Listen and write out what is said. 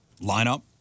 lineup